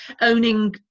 owning